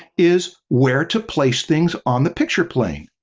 is where to place things on the picture plane.